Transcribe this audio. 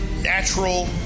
natural